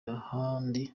ahandi